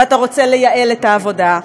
ואתה רוצה לייעל את העבודה,